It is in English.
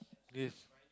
yes